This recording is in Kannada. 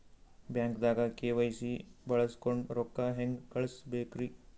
ಬ್ಯಾಂಕ್ದಾಗ ಕೆ.ವೈ.ಸಿ ಬಳಸ್ಕೊಂಡ್ ರೊಕ್ಕ ಹೆಂಗ್ ಕಳಸ್ ಬೇಕ್ರಿ?